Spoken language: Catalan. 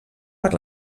per